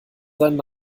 seinen